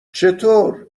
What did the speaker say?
چطور